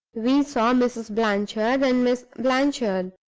we saw mrs. blanchard and miss blanchard.